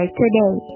today